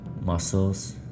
muscles